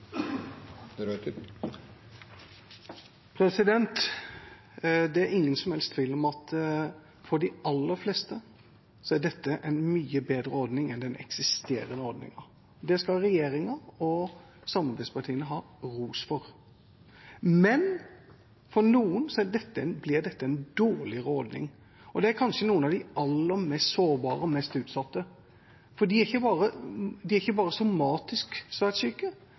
aller fleste er dette en mye bedre ordning enn den eksisterende ordningen. Det skal regjeringa og samarbeidspartiene ha ros for. Men for noen blir dette en dårligere ordning. Det gjelder kanskje noen av de aller mest sårbare og mest utsatte, for de er ikke bare somatisk svært syke, de er